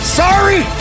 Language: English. sorry